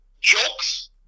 jokes